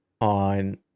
on